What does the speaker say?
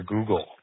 Google